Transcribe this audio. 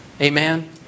Amen